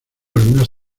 algunas